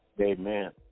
Amen